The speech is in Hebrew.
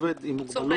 עובד עם מוגבלות,